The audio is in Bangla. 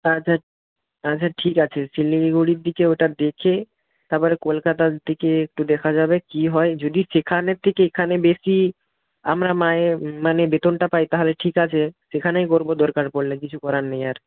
আচ্ছা আচ্ছা ঠিক আছে শিলিগুড়ির দিকে ওটা দেখে তারপরে কলকাতার দিকে একটু দেখা যাবে কী হয় যদি সেখানের থেকে এখানে বেশি আমরা মায়ে মানে বেতনটা পাই তাহলে ঠিক আছে সেখানেই করব দরকার পড়লে কিছু করার নেই আর